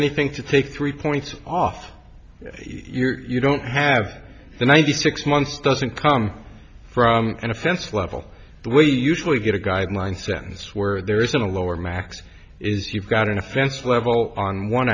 anything to take three points off your you don't have the ninety six months doesn't come from an offense level the way usually get a guideline sentence where there is a lower max is you've got an offense level on one